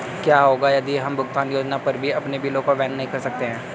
क्या होगा यदि हम भुगतान योजना पर भी अपने बिलों को वहन नहीं कर सकते हैं?